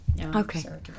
Okay